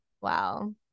Wow